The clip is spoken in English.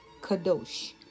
kadosh